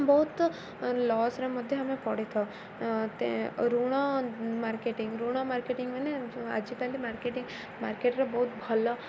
ବହୁତ ଲସ୍ରେ ମଧ୍ୟ ଆମେ ପଡ଼ିଥାଉ ଋଣ ମାର୍କେଟିଂ ଋଣ ମାର୍କେଟିଂ ମାନେ ଆଜିକାଲି ମାର୍କେଟିଂ ମାର୍କେଟ୍ରେ ବହୁତ ଭଲ